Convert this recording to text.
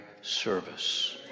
service